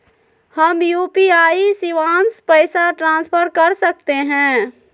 हम यू.पी.आई शिवांश पैसा ट्रांसफर कर सकते हैं?